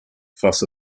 fuss